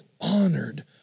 honored